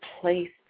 placed